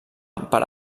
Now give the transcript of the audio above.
per